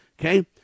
okay